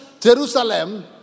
Jerusalem